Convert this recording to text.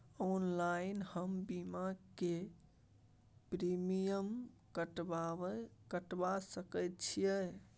Online हम बीमा के प्रीमियम कटवा सके छिए?